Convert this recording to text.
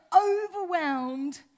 overwhelmed